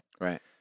Right